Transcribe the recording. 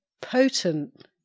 potent